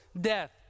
death